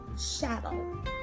Shadow